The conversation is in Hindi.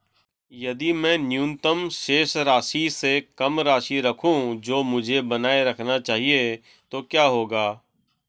यदि मैं न्यूनतम शेष राशि से कम राशि रखूं जो मुझे बनाए रखना चाहिए तो क्या होगा?